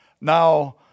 Now